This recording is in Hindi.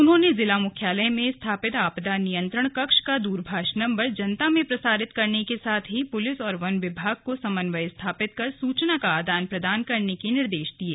उन्होंने जिला मुख्यालय में स्थापित आपदा नियंत्रण कक्ष का दूरभाष नंबर जनता में प्रसारित करने के साथ ही पुलिस और वन विभाग को समन्वय स्थापित कर सूचना को आदान प्रदान करने के निर्देश दिये